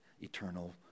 eternal